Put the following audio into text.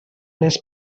les